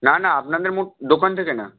না না আপনার দোকান থেকে না